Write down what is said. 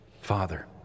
Father